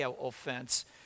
offense